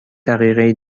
دقیقه